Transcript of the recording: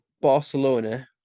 Barcelona